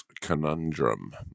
conundrum